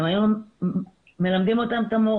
הם היו מלמדים את המורשת,